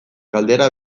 galdera